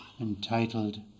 entitled